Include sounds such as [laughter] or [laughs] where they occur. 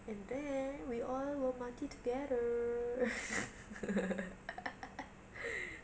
and then we all will mati together [laughs]